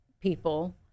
people